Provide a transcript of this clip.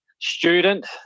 student